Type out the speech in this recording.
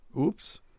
Oops